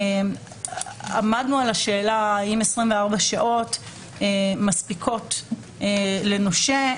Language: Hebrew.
עמדנו על השאלה האם 24 שעות מספיקות לנושה.